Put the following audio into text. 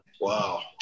Wow